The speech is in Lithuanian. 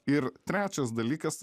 ir trečias dalykas